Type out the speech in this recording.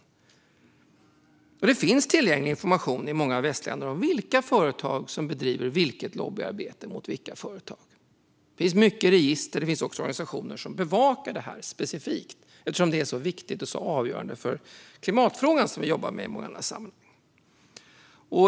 Redovisning av AP-fondernas verksamhet t.o.m. 2021 Det finns tillgänglig information i många västländer om vilka företag som bedriver vilket lobbyarbete och mot vilka företag. Det finns många register. Det finns också organisationer som bevakar detta specifikt, eftersom det är viktigt och avgörande för klimatfrågan, som vi jobbar med.